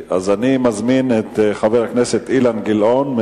אני מזמין את חבר הכנסת אילן גילאון.